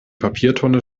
papiertonne